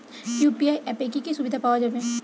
UPI অ্যাপে কি কি সুবিধা পাওয়া যাবে?